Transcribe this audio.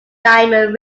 diamond